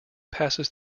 passes